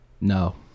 No